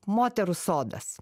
moterų sodas